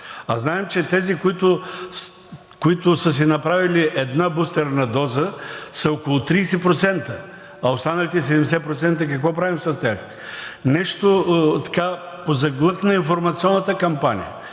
а знаем, че тези, които са си направили една бустерна доза, са около 30%, а останалите 70% – какво правим с тях? Позаглъхна информационната кампания.